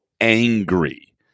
angry